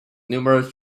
numerous